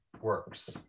works